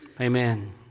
amen